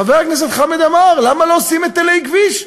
חבר הכנסת חמד עמאר, למה לא עושים היטלי כביש?